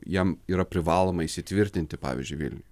jam yra privaloma įsitvirtinti pavyzdžiui vilniuj